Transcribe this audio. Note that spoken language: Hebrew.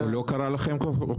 הוא לא קרא לכם ככה.